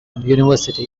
university